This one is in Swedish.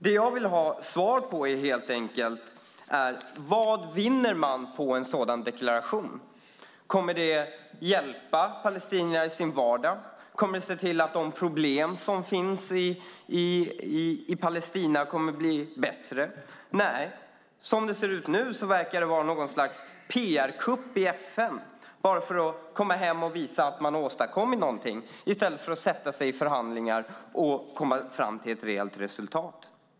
Det jag vill ha svar på är helt enkelt: Vad vinner man på en sådan deklaration? Kommer det att hjälpa palestinierna i deras vardag? Kommer det att se till att de problem som finns i Palestina blir bättre? Nej, som det ser ut nu verkar det vara något slags PR-kupp i FN bara för att kunna komma hem och säga att man har åstadkommit någonting. I stället borde man sätta sig i förhandlingar och komma fram till ett rejält resultat.